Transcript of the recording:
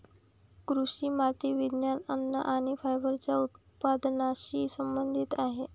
कृषी माती विज्ञान, अन्न आणि फायबरच्या उत्पादनाशी संबंधित आहेत